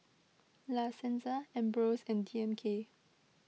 La Senza Ambros and D M K